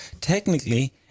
technically